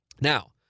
Now